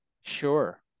sure